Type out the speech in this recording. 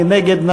מי נגד?